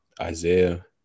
isaiah